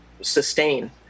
sustain